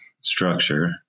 structure